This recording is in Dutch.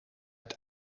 het